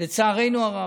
לצערנו הרב,